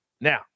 Now